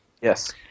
Yes